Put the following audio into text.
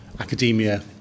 academia